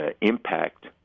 impact